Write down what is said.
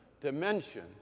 dimension